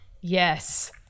Yes